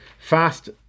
fast